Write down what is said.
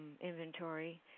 inventory